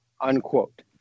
unquote